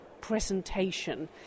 presentation